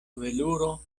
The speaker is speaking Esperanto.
veluro